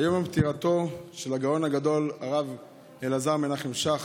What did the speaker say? היום יום פטירתו של הגאון הגדול הרב אלעזר מנחם שך,